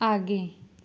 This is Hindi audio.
आगे